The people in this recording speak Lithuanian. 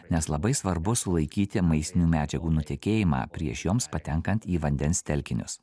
nes labai svarbu sulaikyti maistinių medžiagų nutekėjimą prieš joms patenkant į vandens telkinius